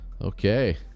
okay